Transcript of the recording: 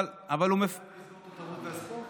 אבל הוא, לסגור את התרבות והספורט?